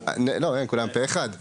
פה אחד.